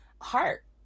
heart